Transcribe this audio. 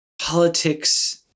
Politics